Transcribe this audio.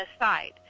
aside